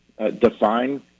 define